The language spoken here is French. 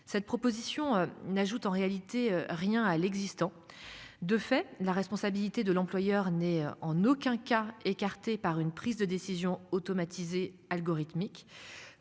Cette proposition n'ajoute en réalité rien à l'existant. De fait, la responsabilité de l'employeur n'est en aucun cas écartées par une prise de décision automatisée algorithmique.